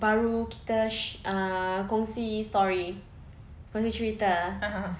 baru kita uh kongsi stories kongsi cerita